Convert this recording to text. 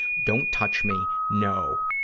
don't touch me! no.